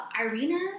Irina